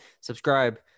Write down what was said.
Subscribe